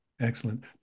Excellent